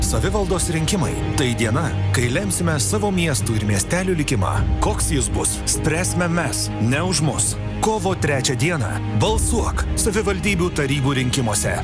savivaldos rinkimai tai diena kai lemsime savo miestų ir miestelių likimą koks jis bus spręsime mes ne už mus kovo trečią dieną balsuok savivaldybių tarybų rinkimuose